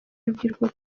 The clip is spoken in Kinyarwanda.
urubyiruko